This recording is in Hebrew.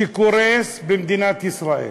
שקורס במדינת ישראל.